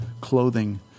clothing